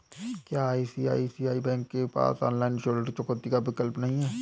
क्या ICICI bank के पास ऑनलाइन ऋण चुकौती का विकल्प नहीं है?